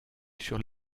sur